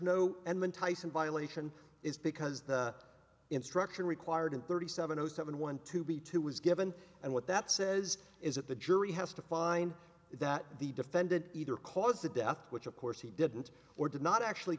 no end when tyson violation is because the instruction required in thirty seven zero seven one to be two was given and what that says is that the jury has to find that the defendant either caused the death which of course he didn't or did not actually